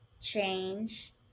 change